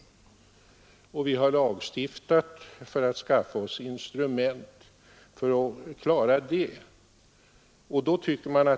Riksdagen har också lagstiftat för att skaffa instrument för att dämpa oskäliga markprishöjningar.